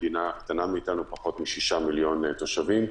מדינה קטנה מאתנו, פחות מ-6 מיליון תושבים.